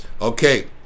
Okay